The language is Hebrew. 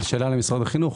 זו שאלה למשרד החינוך.